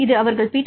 இது அவர்கள் பி